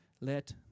let